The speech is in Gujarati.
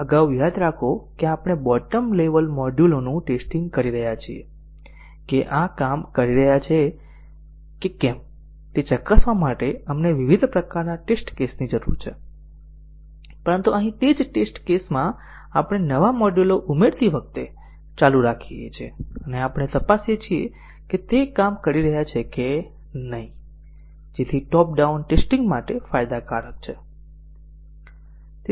અગાઉ યાદ રાખો કે આપણે બોટમ લેવલ મોડ્યુલોનું ટેસ્ટીંગ કરી રહ્યા છીએ કે આ કામ કરી રહ્યા છે કે કેમ તે ચકાસવા માટે આપણને વિવિધ પ્રકારના ટેસ્ટ કેસની જરૂર છે પરંતુ અહીં તે જ ટેસ્ટ કેસમાં આપણે નવા મોડ્યુલો ઉમેરતી વખતે ચાલુ રાખીએ છીએ અને આપણે તપાસીએ છીએ કે તે કામ કરી રહ્યા છે કે નહીં જેથી ટોપ ડાઉન ટેસ્ટિંગ માટે ફાયદાકારક છે